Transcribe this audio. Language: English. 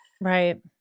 Right